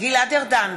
גלעד ארדן,